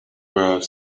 were